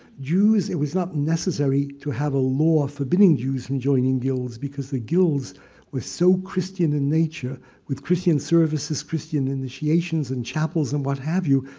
jews it was not necessary to have a law forbidding jews from joining guilds because the guilds were so christian in nature with christian services, christian initiations in chapels and what have you,